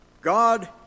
God